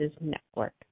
Network